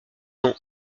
sont